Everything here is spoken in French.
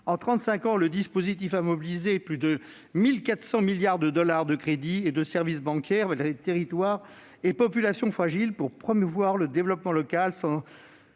ans, le dispositif a mobilisé plus de 1 400 milliards de dollars de crédits et de services bancaires au bénéfice de territoires et de populations fragiles pour promouvoir le développement local